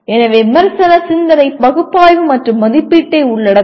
எனவே விமர்சன சிந்தனை பகுப்பாய்வு மற்றும் மதிப்பீட்டை உள்ளடக்கும்